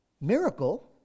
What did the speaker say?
miracle